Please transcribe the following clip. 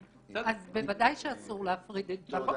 בוודאי שאסור להפריד את ג'ול ואייקוס.